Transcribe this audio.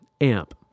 amp